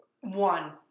one